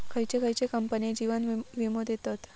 खयचे खयचे कंपने जीवन वीमो देतत